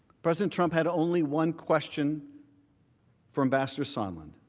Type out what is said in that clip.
president trump had only one question for ambassador sondland,